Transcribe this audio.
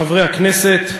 חברי הכנסת,